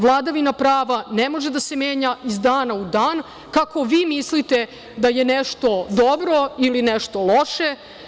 Vladavina prava ne može da se menja iz dana u dan kako vi mislite da je nešto dobro ili nešto loše.